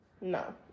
No